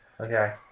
Okay